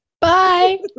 Bye